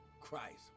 Christ